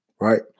Right